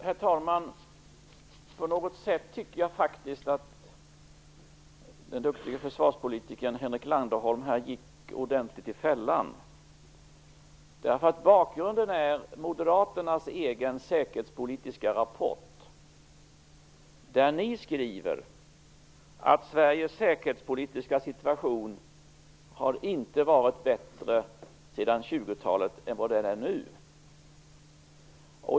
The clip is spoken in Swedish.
Herr talman! På något sätt tycker jag faktiskt att den duktige försvarspolitikern Henrik Landerholm här gick ordentligt i fällan. Bakgrunden är Moderaternas egen säkerhetspolitiska rapport, där ni skriver att Sveriges säkerhetspolitiska situation inte sedan 20 talet har varit bättre än den är nu.